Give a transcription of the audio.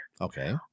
Okay